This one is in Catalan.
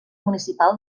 municipal